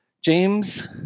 James